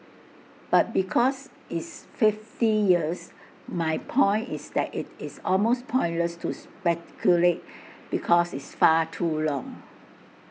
but because it's fifty years my point is that IT is almost pointless to speculate because it's far too long